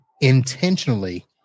intentionally